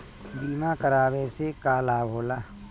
बीमा करावे से का लाभ होला?